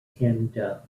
canada